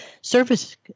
service